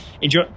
enjoy